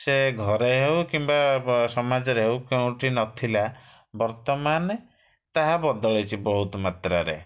ସେ ଘରେ ହେଉ କିମ୍ବା ବ ସମାଜରେ ହେଉ କେଉଁଠି ନ ଥିଲା ବର୍ତ୍ତମାନ ତାହା ବଦଳିଛି ବହୁତ ମାତ୍ରାରେ